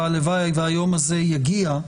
והלוואי והיום הזה יגיע,